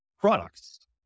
products